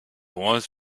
walls